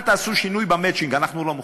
אל תעשו שינוי במצ'ינג, אנחנו לא מוכנים,